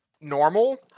normal